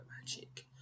magic